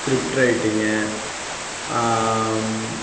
script writing